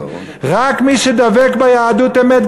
רק מי שדבק ביהדות אמת,